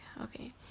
Okay